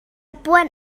puan